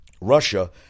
Russia